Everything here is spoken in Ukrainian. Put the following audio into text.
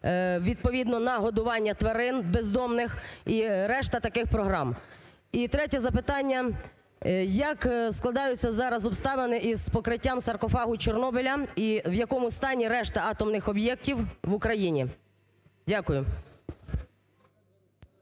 відповідно на годування тварин бездомних і решта таких програм? І третє запитання. Як складаються зараз обставини із покриттям саркофагом Чорнобиля і в якому сані решта атомних об'єктів в Україні? Дякую.